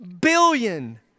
billion